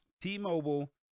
T-Mobile